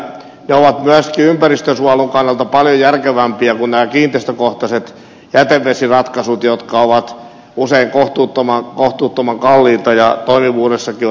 ne ovat myöskin ympäristönsuojelun kannalta paljon järkevämpiä kuin kiinteistökohtaiset jätevesiratkaisut jotka ovat usein kohtuuttoman kalliita ja joiden toimivuudessakin on epävarmuutta